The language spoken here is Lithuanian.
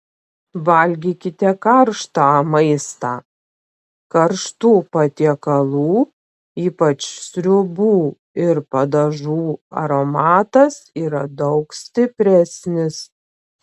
valgykite karštą maistą karštų patiekalų ypač sriubų ir padažų aromatas yra daug stipresnis